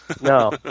No